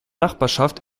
nachbarschaft